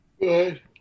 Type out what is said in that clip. Good